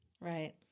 Right